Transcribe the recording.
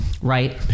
Right